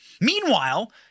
Meanwhile